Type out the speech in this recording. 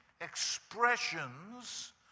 expressions